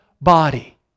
body